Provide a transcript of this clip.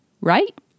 right